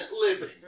living